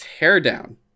Teardown